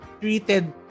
treated